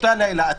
אתה